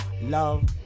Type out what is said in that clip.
Love